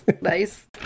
Nice